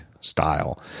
style